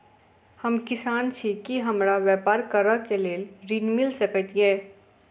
हम किसान छी की हमरा ब्यपार करऽ केँ लेल ऋण मिल सकैत ये?